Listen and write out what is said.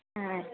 ಹಾಂ ಆಯ್ತು